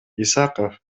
исаков